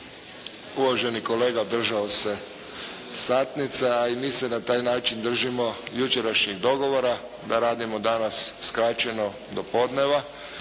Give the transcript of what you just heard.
Uvaženi kolega držao se satnica, a i mi se na taj način držimo jučerašnjeg dogovora da radimo danas skraćeno do podneva.